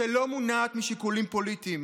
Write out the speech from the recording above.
שלא מונעת משיקולים פוליטיים.